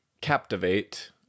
Captivate